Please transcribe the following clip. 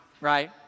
right